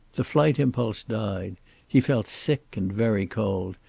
the flight impulse died he felt sick and very cold,